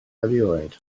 erioed